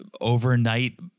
overnight